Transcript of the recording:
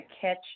catch